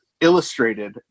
illustrated